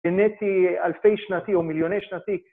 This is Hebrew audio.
גנטי אלפי שנתי, או מיליוני שנתי.